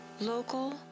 local